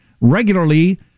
regularly